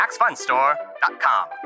MaxFunStore.com